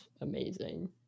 amazing